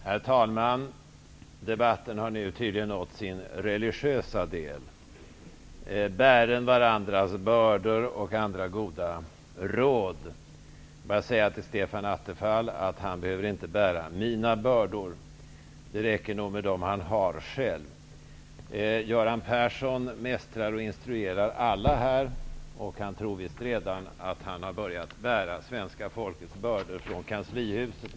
Herr talman! Debatten har nu tydligen nått sin religiösa del -- bären varandras bördor och andra goda råd. Jag vill bara säga till Stefan Attefall att han inte behöver bära mina bördor. Det räcker nog med dem han har själv. Göran Persson mästrar och instruerar alla här, och han tror visst redan att han har börjat bära svenska folkets bördor från kanslihuset.